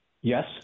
Yes